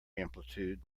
amplitude